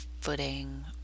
footing